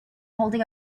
holding